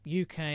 UK